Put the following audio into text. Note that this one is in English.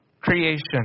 Creation